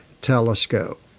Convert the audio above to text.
telescope